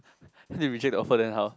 later they reject the offer then how